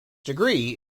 degree